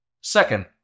Second